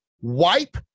wipe